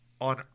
on